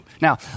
Now